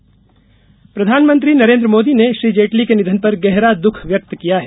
जेटली शोक प्रधानमंत्री नरेन्द्र मोदी ने श्री जेटली के निधन पर गहरा दुःख व्यक्त किया है